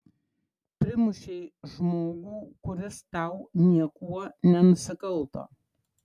primušei žmogų kuris tau niekuo nenusikalto